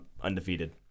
undefeated